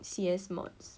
C_S module